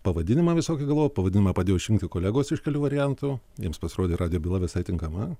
pavadinimą visokį galvojau pavadinimą padėjo išrinkti kolegos iš kelių variantų jiems pasirodė radijo byla visai tinkama